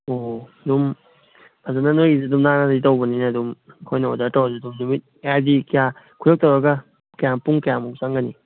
ꯑꯣ ꯑꯗꯨꯝ ꯐꯖꯅ ꯅꯣꯏꯒꯤꯁꯨ ꯑꯗꯨꯝ ꯅꯥꯟꯅꯗꯤ ꯇꯧꯕꯅꯤꯅ ꯑꯗꯨꯝ ꯑꯩꯈꯣꯏꯅ ꯑꯣꯔꯗꯔ ꯇꯧꯔꯁꯨ ꯑꯗꯨꯝ ꯅꯨꯃꯤꯠ ꯍꯥꯏꯗꯤ ꯀꯌꯥ ꯈꯨꯗꯛꯇ ꯇꯧꯔꯒ ꯀꯌꯥ ꯄꯨꯡ ꯀꯌꯥꯃꯨꯛ ꯆꯪꯒꯅꯤ